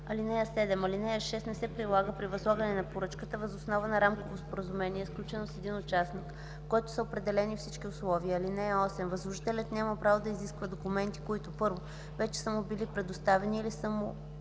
такива. (7) Алинея 6 не се прилага при възлагане на поръчка въз основа на рамково споразумение, сключено с един участник, в което са определени всички условия. (8) Възложителят няма право да изисква документи, които: 1. вече са му били предоставени или са му